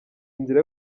inzira